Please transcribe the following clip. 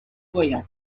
voyants